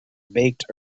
baked